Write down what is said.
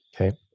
Okay